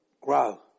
grow